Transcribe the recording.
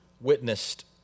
witnessed